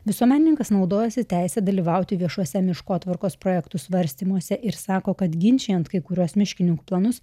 visuomenininkas naudojasi teise dalyvauti viešuose miškotvarkos projektų svarstymuose ir sako kad ginčijant kai kuriuos miškininkų planus